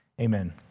Amen